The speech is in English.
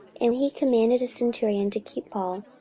and he commanded a centurion to keep paul,